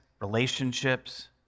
relationships